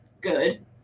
good